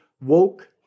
woke